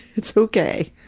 it's okay.